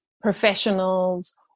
professionals